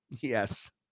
Yes